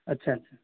اچھا اچھا